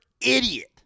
idiot